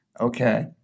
Okay